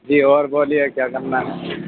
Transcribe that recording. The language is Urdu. جی اور بولیے کیا کرنا ہے